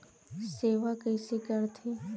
सेवा कइसे करथे?